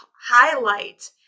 highlight